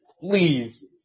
Please